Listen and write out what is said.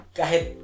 kahit